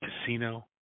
Casino